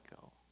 go